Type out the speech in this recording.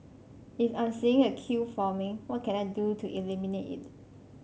if I'm seeing a queue forming what can I do to eliminate it